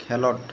ᱠᱷᱮᱞᱳᱰ